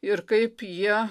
ir kaip jie